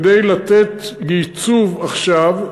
כדי לתת ייצוב עכשיו,